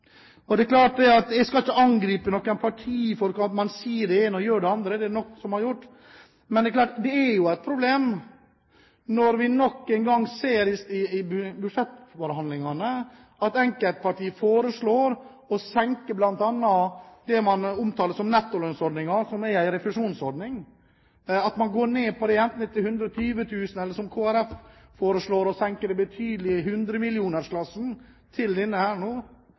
Jeg skal ikke angripe noe parti for at man sier det ene og gjør det andre. Det er det noen som har gjort. Men det er klart, det er et problem når vi nok en gang ser i budsjettforhandlingene at enkeltpartier foreslår å senke bl.a. det man omtaler som nettolønnsordningen, som er en refusjonsordning, at man går ned på den, enten det er til 120 000 kr eller, som Kristelig Folkeparti foreslår, å senke den betydelig, i hundremillionersklassen, i forhold til det den er nå.